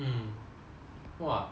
!wah!